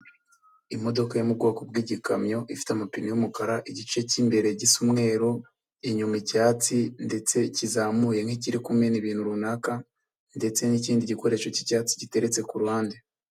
Imodoka yo mu bwoko bw'ikamyo ifite amapine y'umukara igice cy'imbere gisa umweru, inyuma icyatsi ndetse kizamuye nk'ikiri kumena ibintu runaka ndetse n'ikindi gikoresho cy'icyatsi giteretse ku ruhande.